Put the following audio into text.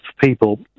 people